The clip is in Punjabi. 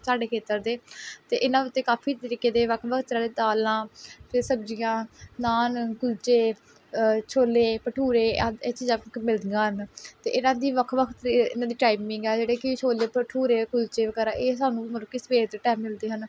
ਸਾਡੇ ਖੇਤਰ ਦੇ ਅਤੇ ਇਹਨਾਂ ਉੱਤੇ ਕਾਫ਼ੀ ਤਰੀਕੇ ਦੇ ਵੱਖ ਵੱਖ ਤਰ੍ਹਾਂ ਦੇ ਦਾਲਾਂ ਫੇਰ ਸਬਜ਼ੀਆਂ ਨਾਨ ਕੁਲਚੇ ਛੋਲੇ ਭਟੂਰੇ ਆਦਿ ਇਹ ਚੀਜ਼ਾਂ ਮਿਲਦੀਆਂ ਹਨ ਅਤੇ ਇਹਨਾਂ ਦੀ ਵੱਖ ਵੱਖ ਅਤੇ ਇਹਨਾਂ ਦੀ ਟਾਈਮਿੰਗ ਹੈ ਜਿਹੜੇ ਕਿ ਛੋਲੇ ਭਟੂਰੇ ਕੁਲਚੇ ਵਗੈਰਾ ਇਹ ਸਾਨੂੰ ਮਤਲਬ ਕਿ ਸਵੇਰ ਦੇ ਟੈਮ ਮਿਲਦੇ ਹਨ